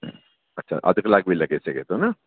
अच्छा अधु कलाकु लॻे सघे थो न